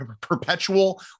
perpetual